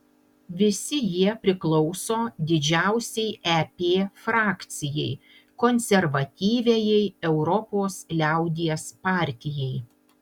visi jie priklauso didžiausiai ep frakcijai konservatyviajai europos liaudies partijai